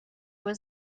was